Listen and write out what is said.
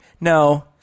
no